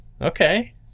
Okay